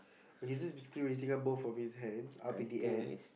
okay he's just basically raising both of his hands up in the air